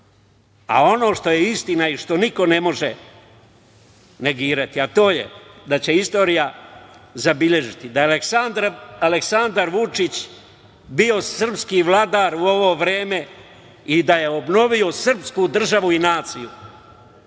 što je istina i što niko ne može negirati, to je da će istorija zabeležiti da je Aleksandar Vučić bio srpski vladar u ovo vreme i da je obnovio srpsku državu i naciju,